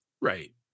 Right